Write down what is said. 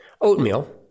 Oatmeal